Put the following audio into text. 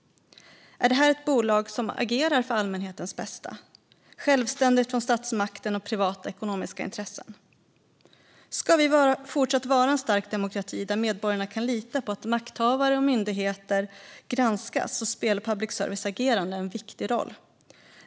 Är det här ett bolag som agerar för allmänhetens bästa, självständigt från statsmakten och privata ekonomiska intressen? Om vi ska fortsätta att vara en stark demokrati där medborgarna kan lita på att makthavare och myndigheter granskas spelar public service agerande en viktig roll.